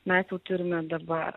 mes jau turime dabar